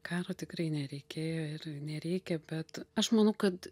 karo tikrai nereikėjo ir nereikia bet aš manau kad